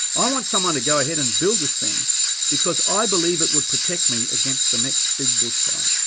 i want someone to go ahead and build this thing because i believe it would protect me against the next big bushfire.